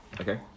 Okay